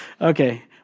Okay